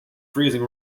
freezing